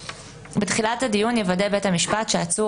בתחילת הדיון יוודא בית המשפט שהעצור